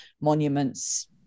monuments